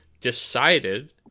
decided